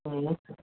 ٲں